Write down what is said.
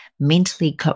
mentally